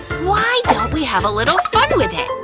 why don't we have a little fun with it?